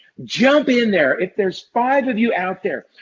jump in there. if there is five of you out there.